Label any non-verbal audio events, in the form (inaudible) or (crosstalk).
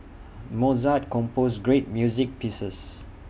(noise) Mozart composed great music pieces